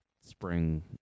spring